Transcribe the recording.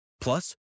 Plus